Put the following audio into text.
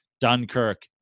Dunkirk